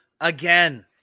again